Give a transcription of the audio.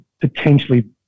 potentially